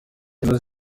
cyenda